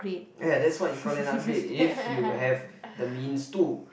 ya that's why you call them upgrade if you have the means to